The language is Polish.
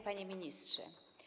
Panie Ministrze!